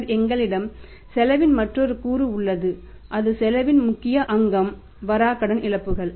பின்னர் எங்களிடம் செலவின் மற்றொரு கூறு உள்ளது அதுவும் செலவின் முக்கிய அங்கம் வராக்கடன் இழப்புகள்